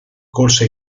corse